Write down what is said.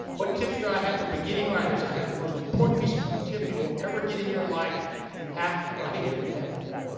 what tips do i i have for beginning writers. i have the most important piece tip you will ever get in your life. you have to write every day.